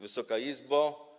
Wysoka Izbo!